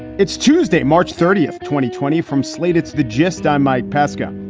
it's tuesday, march thirtieth, twenty twenty from slate's the gist. i'm mike pesca.